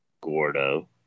Gordo